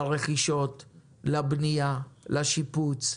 לרכישות, לבנייה, לשיפוץ,